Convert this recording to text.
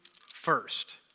first